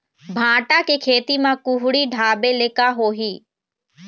भांटा के खेती म कुहड़ी ढाबे ले का होही?